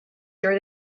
throw